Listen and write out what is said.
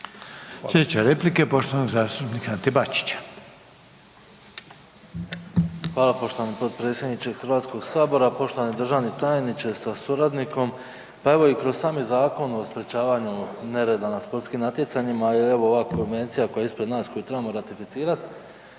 je replika poštovanog zastupnika Ante Bačića.